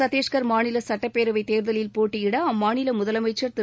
சத்தீஷ்கர் மாநில சட்டப்பேரவைத் தேர்தலில் போட்டியிடம் அம்மாநில முதலமைச்சர் திரு